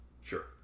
Sure